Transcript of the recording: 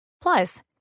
Plus